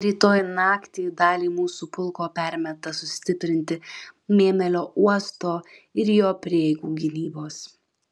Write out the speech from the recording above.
rytoj naktį dalį mūsų pulko permeta sustiprinti mėmelio uosto ir jo prieigų gynybos